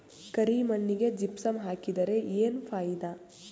ಕರಿ ಮಣ್ಣಿಗೆ ಜಿಪ್ಸಮ್ ಹಾಕಿದರೆ ಏನ್ ಫಾಯಿದಾ?